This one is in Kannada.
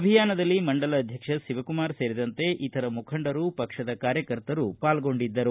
ಅಭಿಯಾನದಲ್ಲಿ ಮಂಡಲ ಅಧ್ಯಕ್ಷ ಶಿವಕುಮಾರ ಸೇರಿದಂತೆ ಇತರ ಮುಖಂಡರು ಪಕ್ಷದ ಕಾರ್ಯಕರ್ತರು ಪಾಲ್ಗೊಂಡಿದ್ದರು